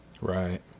right